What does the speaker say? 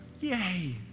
yay